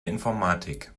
informatik